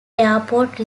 airport